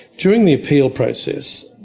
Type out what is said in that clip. during the appeal process,